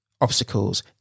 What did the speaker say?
obstacles